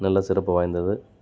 நல்ல சிறப்பு வாய்ந்தது